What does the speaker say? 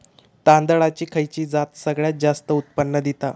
तांदळाची खयची जात सगळयात जास्त उत्पन्न दिता?